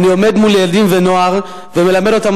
אני עומד מול ילדים ונוער ומלמד אותם